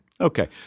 Okay